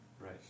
right